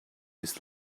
his